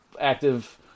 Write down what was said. active